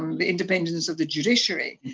um the independence of the judiciary,